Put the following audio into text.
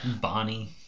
Bonnie